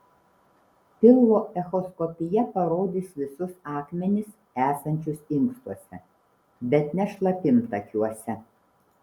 pilvo echoskopija parodys visus akmenis esančius inkstuose bet ne šlapimtakiuose